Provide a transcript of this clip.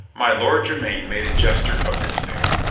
my lord jermyn made a gesture of despair.